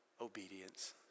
Obedience